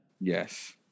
Yes